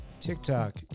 TikTok